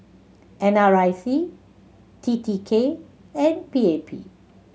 N R I C T T K and P A P